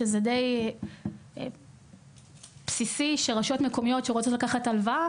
שזה די בסיסי שרשויות מקומיות שרוצות לקחת הלוואה